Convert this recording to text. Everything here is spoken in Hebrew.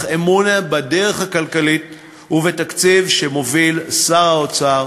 אמון בדרך הכלכלית ובתקציב שמוביל שר האוצר.